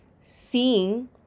Seeing